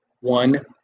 one